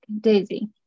Daisy